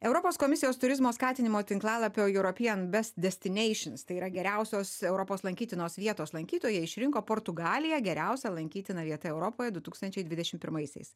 europos komisijos turizmo skatinimo tinklalapio european best destinations tai yra geriausios europos lankytinos vietos lankytojai išrinko portugaliją geriausia lankytina vieta europoj du tūkstančiai dvidešim pirmaisiais